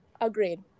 Agreed